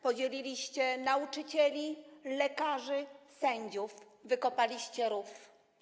Podzieliliście nauczycieli, lekarzy, sędziów, wykopaliście rów.